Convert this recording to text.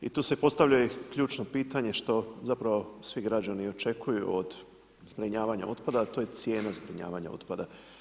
I tu se postavlja ključno pitanje što, zapravo svi građani očekuju od zbrinjavanja otpada a to je cijena zbrinjavanja otpada?